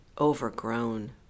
overgrown